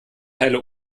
teile